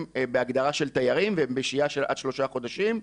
בהגדרה של תיירים והם בשהייה של עד שלושה חודשים.